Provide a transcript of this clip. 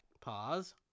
pause